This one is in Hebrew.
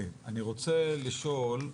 אני רוצה לשאול,